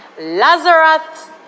Lazarus